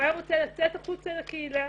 הוא היה רוצה לצאת החוצה לקהילה.